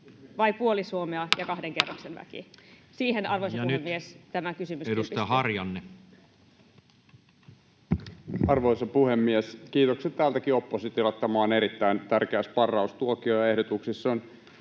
koputtaa] ja kahden kerroksen väki? Siihen, arvoisa puhemies, tämä kysymys kilpistyy. Ja nyt edustaja Harjanne. Arvoisa puhemies! Kiitokset täältäkin oppositiolle! Tämä on erittäin tärkeä sparraustuokio, ja ehdotuksissa on